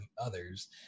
others